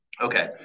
Okay